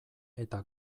eta